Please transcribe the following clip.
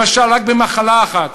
למשל, רק במחלה אחת,